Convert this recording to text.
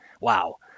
Wow